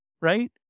Right